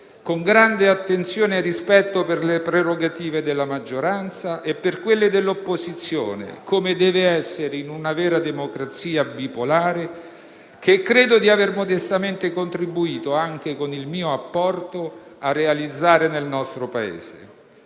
con grande attenzione al rispetto per le prerogative della maggioranza e per quelle dell'opposizione, come deve essere in una vera democrazia bipolare che io credo di aver modestamente contribuito, anche con il mio apporto, a realizzare nel nostro Paese».